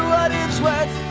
it's worth